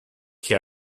che